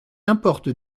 importe